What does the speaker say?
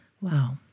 Wow